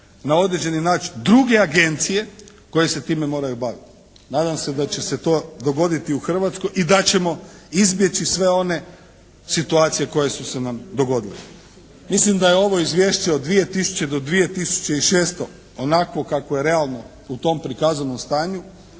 na određeni način druge agencije koje se time moraju baviti. Nadam se da će se to dogoditi u Hrvatskoj i da ćemo izbjeći sve one situacije koje su se nam dogodile. Mislim da je ovo izvješće od 2000. do 2006. onakvo kakvo je realno u tom prikazanom stanju.